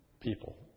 people